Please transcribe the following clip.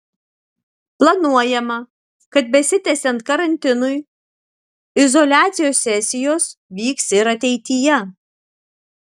planuojama kad besitęsiant karantinui izoliacijos sesijos vyks ir ateityje